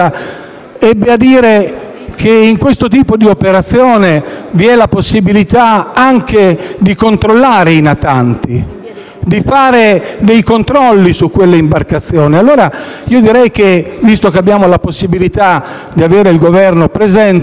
ebbe a dire che in questo tipo di operazione vi è anche la possibilità di controllare i natanti e di fare dei controlli su quelle imbarcazioni. Allora, visto che abbiamo la possibilità di avere il Governo presente,